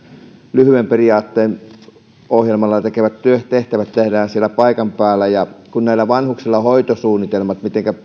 lyhyen periaatteen ohjelmalla tekevät tehtävät siellä paikan päällä kun näillä vanhuksilla on hoitosuunnitelmat mitenkä